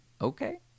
Okay